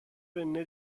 venne